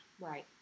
Right